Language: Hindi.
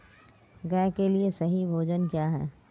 गाय के लिए सही भोजन क्या है?